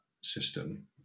system